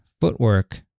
footwork